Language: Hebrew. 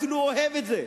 ואפילו אוהב את זה,